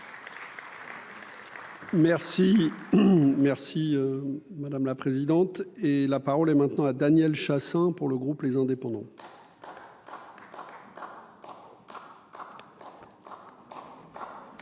merci, madame la présidente et la parole est maintenant à Daniel Chassain pour le groupe, les indépendants.